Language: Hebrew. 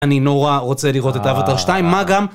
אני נורא רוצה לראות את אוואטר 2, מה גם